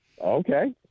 Okay